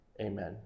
amen